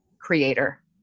creator